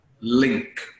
link